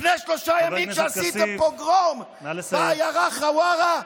לפני שלושה ימים, כשעשיתם פוגרום בעיירה חווארה,